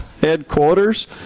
headquarters